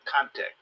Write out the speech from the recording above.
context